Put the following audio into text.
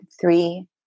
Three